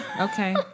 Okay